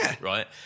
right